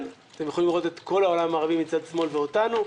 - אתם יכולים לראות את כל העולם המערבי מצד שמאל ואותנו.